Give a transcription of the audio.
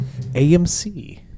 AMC